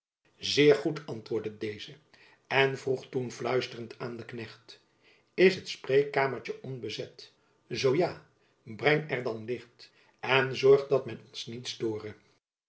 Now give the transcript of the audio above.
zeer goed antwoordde deze en vroeg toen fluisterend aan den knecht is het spreekkamertjen onbezet zoo ja breng er dan licht en zorg dat men ons niet stoore